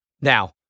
Now